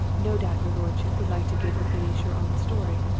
no doubt your lordship would like to give the police your own story.